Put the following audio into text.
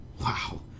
Wow